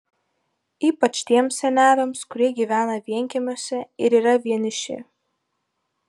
ypač tiems seneliams kurie gyvena vienkiemiuose ir yra vieniši